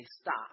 stop